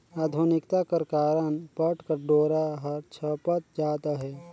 आधुनिकता कर कारन पट कर डोरा हर छपत जात अहे